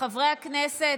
חברי הכנסת,